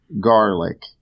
garlic